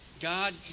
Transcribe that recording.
God